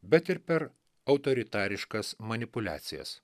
bet ir per autoritariškas manipuliacijas